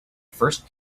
first